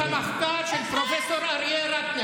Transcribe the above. תלכי ללמוד את המחקר של פרופ' אריה רטנר.